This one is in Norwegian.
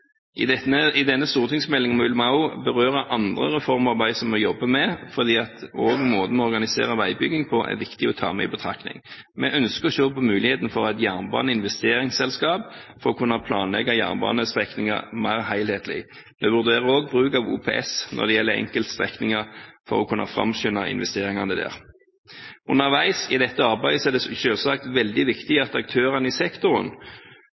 I denne stortingsmeldingen vil vi også berøre annet reformarbeid vi jobber med, fordi også måten vi organiserer veibygging på, er viktig å ta med i betraktning. Vi ønsker å se på muligheten for et jernbaneinvesteringsselskap for å kunne planlegge jernbanestrekninger mer helhetlig. Vi vurderer også bruk av OPS når det gjelder enkeltstrekninger for å kunne framskynde investeringene der. Underveis i dette arbeidet er det selvsagt veldig viktig at aktørene i sektoren,